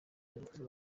zagufasha